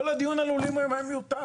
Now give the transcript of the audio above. כל הדיון על לולים היום היה מיותר.